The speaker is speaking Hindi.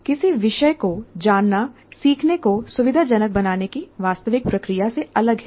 हालांकि किसी विषय को जानना सीखने को सुविधाजनक बनाने की वास्तविक प्रक्रिया से अलग है